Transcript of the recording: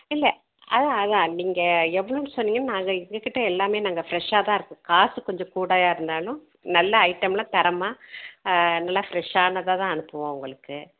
இல்லை அதுதான் அதுதான் நீங்கள் எவ்வளோன்னு சொன்னீங்கன்னால் நாங்கள் எங்கள் கிட்டே எல்லாமே நாங்கள் ஃப்ரஷ்ஷாக தான் இருக்கும் காசு கொஞ்சம் கூடயாக இருந்தாலும் நல்ல ஐட்டமெலாம் தரமாக நல்லா ஃப்ரஷ்ஷானதாக தான் அனுப்புவோம் உங்களுக்கு